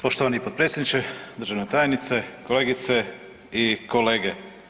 Poštovani potpredsjedniče, državna tajnice, kolegice i kolege.